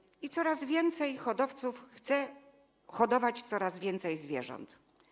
I coraz więcej hodowców chce hodować coraz więcej zwierząt.